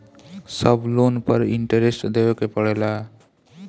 सब लोन पर इन्टरेस्ट देवे के पड़ेला?